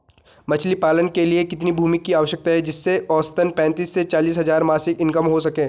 मछली पालन के लिए कितनी भूमि की आवश्यकता है जिससे औसतन पैंतीस से चालीस हज़ार मासिक इनकम हो सके?